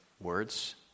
words